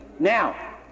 Now